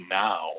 Now—